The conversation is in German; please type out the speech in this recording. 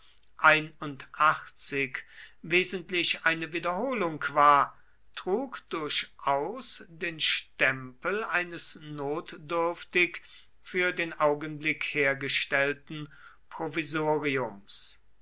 wesentlich eine wiederholung war trug durchaus den stempel eines notdürftig für den augenblick hergestellten provisoriums